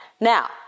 Now